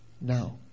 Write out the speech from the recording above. Now